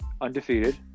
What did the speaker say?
undefeated